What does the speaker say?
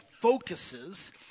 focuses